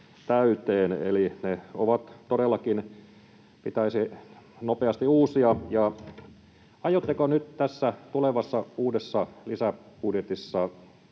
täyteen, eli ne todellakin pitäisi nopeasti uusia. Aiotteko nyt tässä tulevassa uudessa lisäbudjetissa